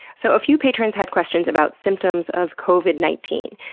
so, a few patrons had questions about symptoms of covid nineteen.